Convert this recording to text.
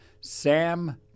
Sam